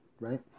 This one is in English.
right